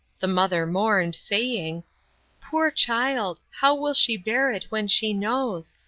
the mother mourned, saying poor child, how will she bear it when she knows?